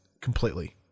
completely